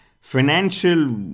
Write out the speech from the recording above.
financial